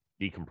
decompress